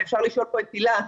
ואפשר לשאול פה את הילה,